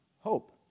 Hope